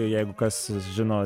jeigu kas žino